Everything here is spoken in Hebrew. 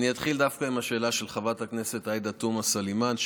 אני אתחיל דווקא בשאלה של חברת הכנסת עאידה תומא סלימאן.